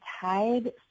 tied